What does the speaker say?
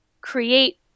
create –